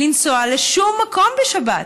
לנסוע לשום מקום בשבת,